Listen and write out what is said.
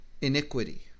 iniquity